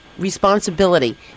Responsibility